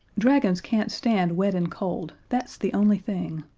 dragons can't stand wet and cold, that's the only thing.